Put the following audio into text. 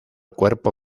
cuerpo